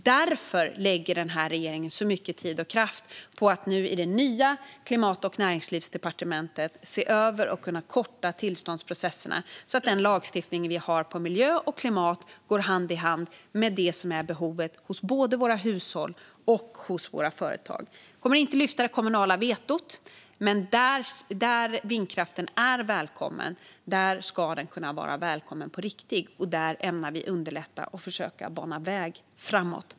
Det är därför regeringen nu i det nya Klimat och näringslivsdepartementet lägger så mycket tid och kraft på att se över och korta tillståndsprocesserna så att den lagstiftning vi har för miljö och klimat går hand i hand med behovet hos både våra hushåll och våra företag. Vi kommer inte att lyfta det kommunala vetot, men där vindkraften är välkommen ska den vara det på riktigt. Där ämnar vi underlätta och försöka bana väg framåt.